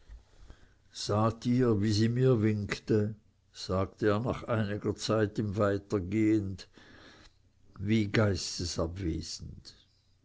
ihr wie sie mir winkte sagte er nach einiger zeit im weitergehen wie